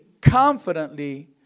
confidently